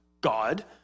God